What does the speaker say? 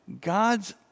God's